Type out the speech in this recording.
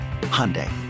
Hyundai